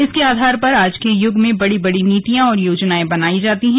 इसके आधार पर आज के युग में बड़ी बड़ी नीतियां और योजनाएं बनायी जाती हैं